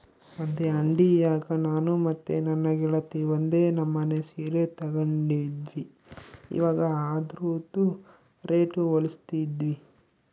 ಒಂದೇ ಅಂಡಿಯಾಗ ನಾನು ಮತ್ತೆ ನನ್ನ ಗೆಳತಿ ಒಂದೇ ನಮನೆ ಸೀರೆ ತಗಂಡಿದ್ವಿ, ಇವಗ ಅದ್ರುದು ರೇಟು ಹೋಲಿಸ್ತಿದ್ವಿ